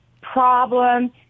problem